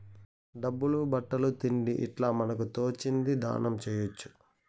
డబ్బులు బట్టలు తిండి ఇట్లా మనకు తోచింది దానం చేయొచ్చు